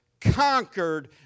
conquered